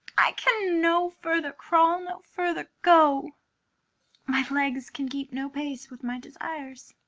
i can no further crawl, no further go my legs can keep no pace with my desires.